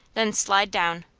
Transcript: then slide down,